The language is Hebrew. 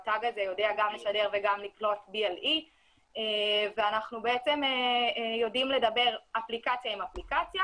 התג הזה יודע גם לשדר וגם לקלוט BLE. ואנחנו יודעים לדבר אפליקציה עם אפליקציה,